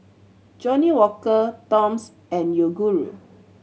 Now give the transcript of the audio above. Johnnie Walker Toms and Yoguru